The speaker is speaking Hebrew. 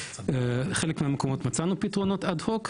בחלק מהמקומות מצאנו פתרונות אד הוק,